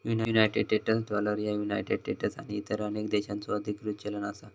United States dollar ह्या United States आणि इतर अनेक देशांचो अधिकृत चलन असा